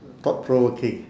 thought provoking